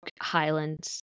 Highland's